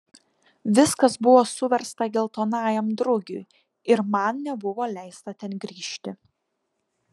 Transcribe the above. viskas buvo suversta geltonajam drugiui ir man nebuvo leista ten grįžti